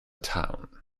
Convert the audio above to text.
town